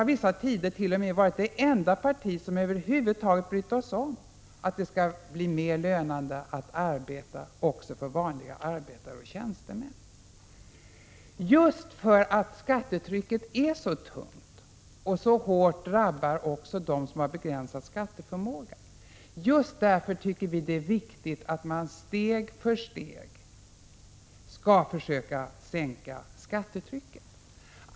Vissa tider har vi t.o.m. varit det enda parti som över huvud taget brytt sig om att det skall bli mer lönande att arbeta också för vanliga arbetare och tjänstemän. Just för att skattetrycket är så tungt och så hårt drabbar dem som har begränsad skatteförmåga tycker vi att det är viktigt att man steg för steg försöker sänka skattetrycket.